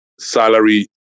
salary